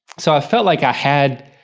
so i felt like i had,